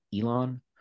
Elon